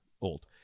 Old